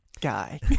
guy